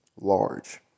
large